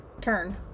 turn